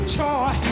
toy